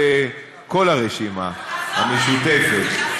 בכל הרשימה המשותפת.